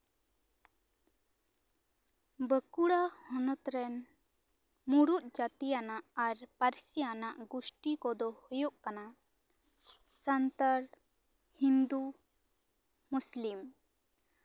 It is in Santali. ᱵᱟᱸᱠᱩᱲᱟ ᱦᱚᱱᱚᱛ ᱨᱮᱱ ᱢᱩᱲᱩᱫ ᱡᱟᱹᱛᱤ ᱟᱱᱟᱜ ᱟᱨ ᱯᱟᱹᱨᱥᱤ ᱟᱱᱟᱜ ᱜᱩᱥᱴᱤ ᱠᱚᱫᱚ ᱦᱩᱭᱩᱜ ᱠᱟᱱᱟ ᱥᱟᱱᱛᱟᱲ ᱦᱤᱱᱫᱩ ᱢᱩᱥᱞᱤᱢ